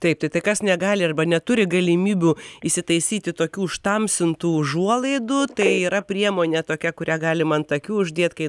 taip tai tai kas negali arba neturi galimybių įsitaisyti tokių užtamsintų užuolaidų tai yra priemonė tokia kurią galima ant akių uždėt kai